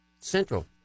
Central